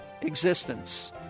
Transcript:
existence